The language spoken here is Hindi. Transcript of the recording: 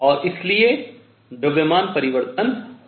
और इसलिए द्रव्यमान परिवर्तन होता है